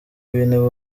w’intebe